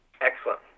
Excellent